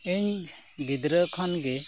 ᱤᱧ ᱜᱤᱫᱽᱨᱟᱹ ᱠᱷᱚᱱ ᱜᱮ